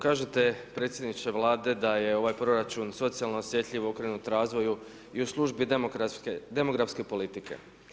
Kažete predsjedniče Vlade, da je ovaj proračun socijalno osjetljiv, okrenut razvoju i u službi demografske politike.